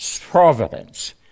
providence